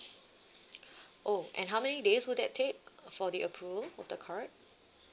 oh and how many days would that take for the approval of the card